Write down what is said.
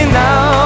now